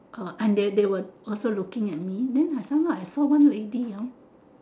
uh and they they were also looking at me then I somehow I saw one lady hor